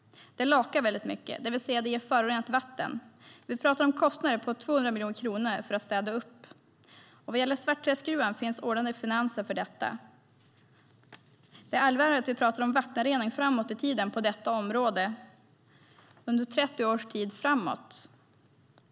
Det lakar väldigt mycket, det vill säga ger förorenat vatten. Vi talar om kostnader på 200 miljoner kronor för att för att städa upp. Vad gäller Svartträskgruvan finns ordnande finanser för detta. Det allvarliga är att vi talar om vattenrening framåt i tiden på detta område under 30 års tid.